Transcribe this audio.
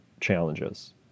challenges